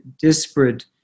disparate